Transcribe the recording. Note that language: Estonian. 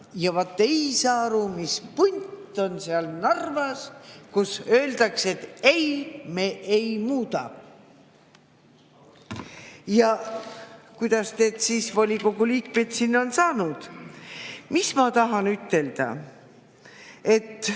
Vaat ei saa aru, mis punt on seal Narvas, kus öeldakse, et ei, me ei muuda, ja kuidas need volikogu liikmed sinna on saanud. Ma tahan ütelda, et